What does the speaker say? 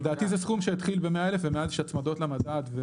לדעתי זה סכום שהתחיל ב-100,000 ומאז יש הצמדות למדד.